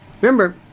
remember